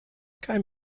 kein